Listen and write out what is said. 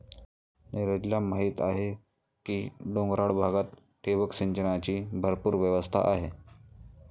नीरजला माहीत आहे की डोंगराळ भागात ठिबक सिंचनाची भरपूर व्यवस्था आहे